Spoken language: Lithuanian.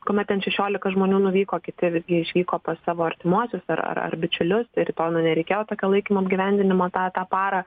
kuomet ten šešiolika žmonių nuvyko kiti vis gi išvyko pas savo artimuosius ar ar bičiulius ir to na nereikėjo tokio laikimo apgyvendinimo tą tą parą